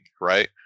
Right